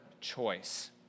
choice